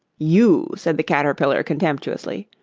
you! said the caterpillar contemptuously.